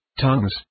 tongues